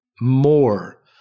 more